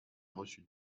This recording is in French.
reçu